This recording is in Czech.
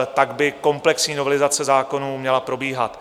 Tak by komplexní novelizace zákonů měla probíhat.